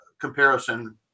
comparison